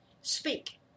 speak